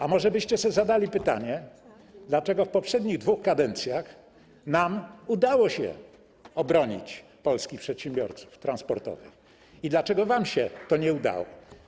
A może byście zadali sobie pytanie, dlaczego w dwóch poprzednich kadencjach nam udało się obronić polskich przedsiębiorców transportowych i dlaczego wam się to nie udało.